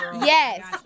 Yes